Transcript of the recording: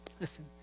listen